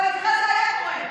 אבל אצלך זה היה קורה,